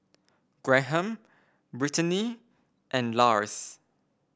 Graham Brittaney and Lars